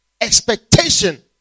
expectation